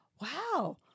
wow